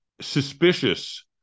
suspicious